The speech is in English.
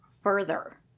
further